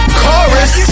chorus